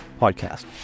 Podcast